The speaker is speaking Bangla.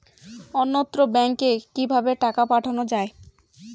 অন্যত্র ব্যংকে কিভাবে টাকা পাঠানো য়ায়?